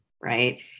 right